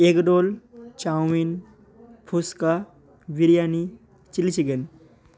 egg roll chowmein phuchka biryani chilli chicken